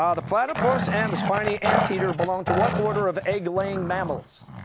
um the platypus and the spiny anteater belong to what order of egg-laying mammals?